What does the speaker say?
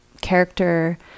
character